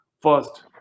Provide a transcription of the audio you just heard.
first